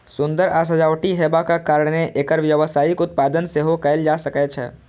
सुंदर आ सजावटी हेबाक कारणें एकर व्यावसायिक उत्पादन सेहो कैल जा सकै छै